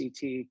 CT